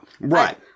Right